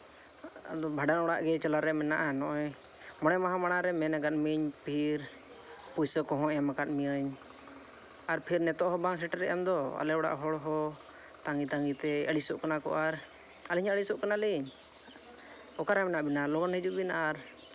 ᱟᱫᱚ ᱵᱷᱟᱸᱰᱟᱱ ᱚᱲᱟᱜ ᱜᱮ ᱪᱟᱞᱟᱜ ᱨᱮᱭᱟᱜ ᱢᱮᱱᱟᱜᱼᱟ ᱱᱚᱜᱼᱚᱭ ᱢᱚᱬᱮ ᱢᱟᱦᱟ ᱢᱟᱲᱟᱝ ᱨᱮ ᱢᱮᱱ ᱟᱠᱟᱫ ᱢᱤᱭᱟᱹᱧ ᱯᱷᱤᱨ ᱯᱩᱭᱥᱟᱹ ᱠᱚᱦᱚᱸ ᱮᱢ ᱟᱠᱟᱫ ᱢᱤᱭᱟᱹᱧ ᱟᱨ ᱯᱷᱤᱨ ᱱᱤᱛᱚᱜ ᱦᱚᱸ ᱵᱟᱢ ᱥᱮᱴᱮᱨᱚᱜᱼᱟ ᱫᱚ ᱟᱞᱮ ᱚᱲᱟᱜ ᱦᱚᱲ ᱦᱚᱸ ᱛᱟᱺᱜᱤ ᱛᱟᱺᱜᱤ ᱛᱮ ᱟᱹᱲᱤᱥᱚᱜ ᱠᱟᱱᱟ ᱠᱚ ᱟᱨ ᱟᱹᱞᱤᱧ ᱦᱚᱸ ᱟᱹᱲᱤᱥᱚᱜ ᱠᱟᱱᱟᱞᱤᱧ ᱚᱠᱟᱨᱮ ᱢᱮᱱᱟᱜ ᱵᱤᱱᱟ ᱞᱚᱜᱚᱱ ᱦᱤᱡᱩᱜ ᱵᱤᱱ ᱟᱨ